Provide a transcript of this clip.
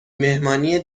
مهمانی